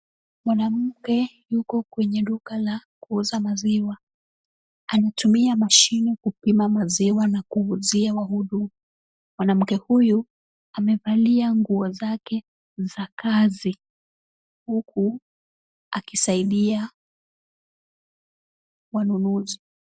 Mwanamke yuko kwenye duka la kuuza maziwa. Anatumia mashine kupima maziwa na kuuzia wahudumu. Mwanamke huyu amevalia nguo zake za kazi huku akisaidia wanunuzi.